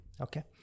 okay